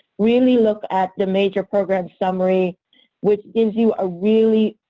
really look at the major program summary which gives you a really,